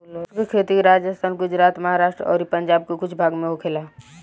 शुष्क खेती राजस्थान, गुजरात, महाराष्ट्र अउरी पंजाब के कुछ भाग में होखेला